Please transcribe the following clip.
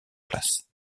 place